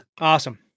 awesome